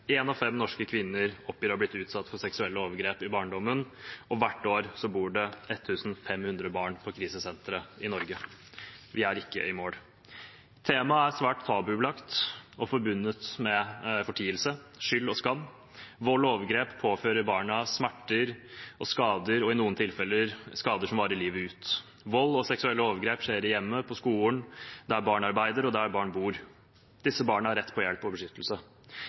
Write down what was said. fem norske kvinner oppgir å ha blitt utsatt for seksuelle overgrep i barndommen, og hvert år bor det 1 500 barn på krisesenter i Norge. Vi er ikke i mål. Temaet er svært tabubelagt og forbundet med fortielse, skyld og skam. Vold og overgrep påfører barna smerter og skader og i noen tilfeller skader som varer livet ut. Vold og seksuelle overgrep skjer i hjemmet, på skolen, der barn arbeider, og der barn bor. Disse barna har rett på hjelp og beskyttelse,